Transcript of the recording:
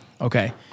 Okay